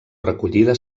recollida